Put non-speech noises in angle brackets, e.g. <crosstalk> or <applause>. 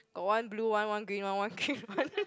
got one blue one one green one <laughs> one